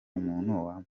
umuntu